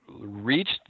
reached